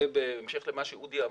זה בהמשך למה שאודי אמר,